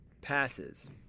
passes